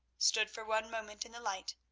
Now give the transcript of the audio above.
stood for one moment in the light,